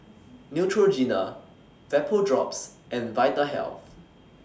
Neutrogena Vapodrops and Vitahealth